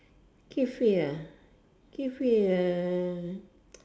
keep fit ah keep fit uh